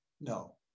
No